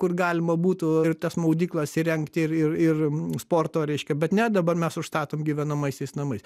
kur galima būtų ir tas maudyklas įrengti ir ir ir sporto reiškia bet ne dabar mes užstatom gyvenamaisiais namais